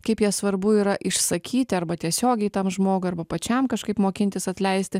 kaip jas svarbu yra išsakyti arba tiesiogiai tam žmogui arba pačiam kažkaip mokintis atleisti